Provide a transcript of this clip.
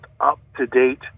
up-to-date